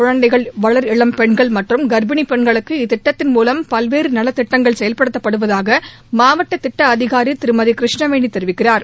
குழந்தைகள் வளர்இளம் பெண்கள் மற்றும் கள்ப்பிணி பெண்களுக்கு இத்திட்டத்தின் மூலம் பல்வேறு நலத்திட்டங்கள் செயல்படுத்தப்படுவதாக மாவட்ட திட்ட அதிகாரி திருமதி கிருஷ்ணவேணி தெரிவிக்கிறா்